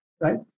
right